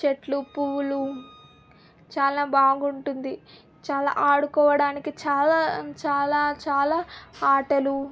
చెట్లు పువ్వులు చాలా బాగుంటుంది చాలా ఆడుకోవడానికి చాలా చాలా చాలా ఆటలు